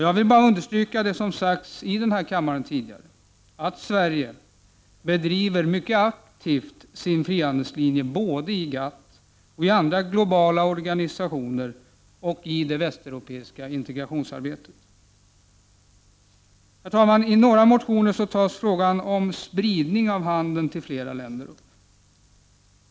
Jag vill bara understryka det som sagts i den här kammaren tidigare, nämligen att Sverige mycket aktivt driver frihandelslinjen både i GATT och = Prot. 1989/90:45 andra globala organisationer och i det västeuropeiska integrationsarbetet. 13 december 1989 å Herr talman! I några motioner tas frågan om spridning av handeln till flera Utrikeshandel länder upp.